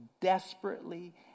desperately